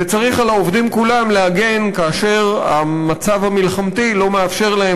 וצריך להגן על העובדים כאשר המצב המלחמתי לא מאפשר להם